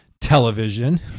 television